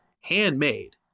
handmade